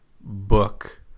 book